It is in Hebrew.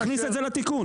תכניס את זה לתיקון.